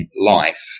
life